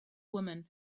woman